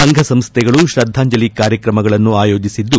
ಸಂಘ ಸಂಸೈಗಳು ತ್ರದ್ದಾಂಜಲಿ ಕಾರ್ಯಕ್ರಮಗಳನ್ನು ಆಯೋಜಿಸಿದ್ದು